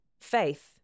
faith